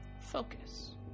focus